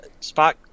Spock